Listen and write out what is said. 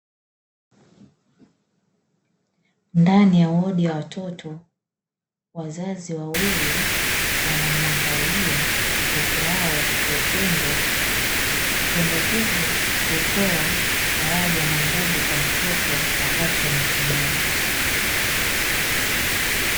Ndani ya wodi ya watoto wazazi wawili wanamuangalia mtoto wao kwa upendo. Upendo huu hutoa faraja na nguvu kwa mtoto wakati wa matibabu.